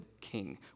king